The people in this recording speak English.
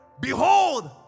Behold